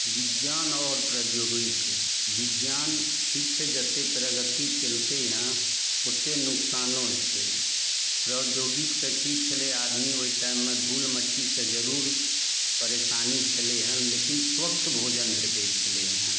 विज्ञान आओर प्रौद्योगिक विज्ञान ठीक छै जतेक प्रगति केलकै हँ ओते नुकसानो छै प्रौद्योगिकसँ की छलै आदमी ओहि टाइममे धूल मट्टीसँ जरूर परेशानी छलै हँ लेकिन स्वच्छ भोजन भेटै छलै हँ